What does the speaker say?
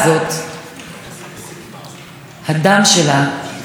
זועק שאנחנו כאן בכנסת ישראל לא עושים מספיק.